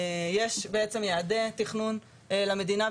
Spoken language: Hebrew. יש בעצם יעדי תכנון למדינה,